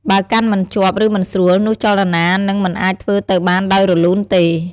បើកាន់មិនជាប់ ឬមិនស្រួល នោះចលនានឹងមិនអាចធ្វើទៅបានដោយរលូនទេ។